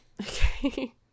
okay